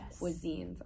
cuisines